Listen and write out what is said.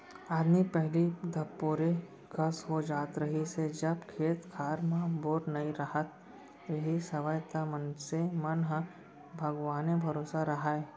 आदमी पहिली धपोरे कस हो जात रहिस हे जब खेत खार म बोर नइ राहत रिहिस हवय त मनसे मन ह भगवाने भरोसा राहय